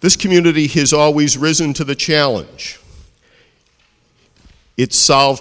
this community his always risen to the challenge it solve